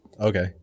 Okay